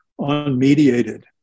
unmediated